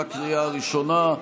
בקריאה הראשונה.